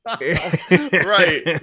Right